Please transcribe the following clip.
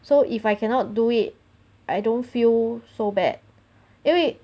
so if I cannot do it I don't feel so bad 因为